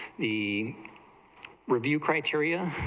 the review criteria,